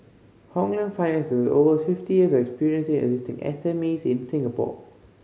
Hong Leong Finance over fifty years of experience assisting S M Es in Singapore